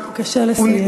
בבקשה לסיים.